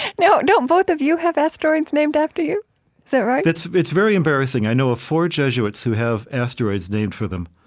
now, don't both of you have asteroids named after you? is that right? it's it's very embarrassing. i know of four jesuits who have asteroids named for them.